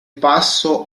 passo